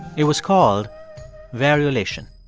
it was called variolation